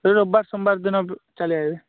ଏହି ରବିବାର ସୋମବାର ଦିନ ଚାଲି ଆଇବି